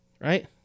right